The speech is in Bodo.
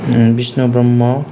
बिस्नु ब्रह्म